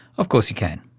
of course you can,